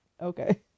Okay